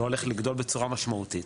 לא הולך לגדול בצורה משמעותית,